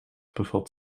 bevat